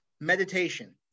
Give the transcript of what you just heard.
meditation